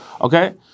okay